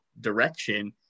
direction